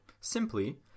simply